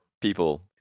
people